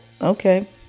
okay